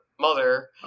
mother